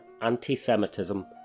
anti-semitism